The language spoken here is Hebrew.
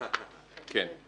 כן.